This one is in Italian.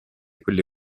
quelle